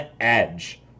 edge